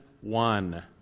one